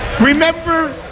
Remember